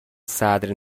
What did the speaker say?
صدر